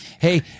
Hey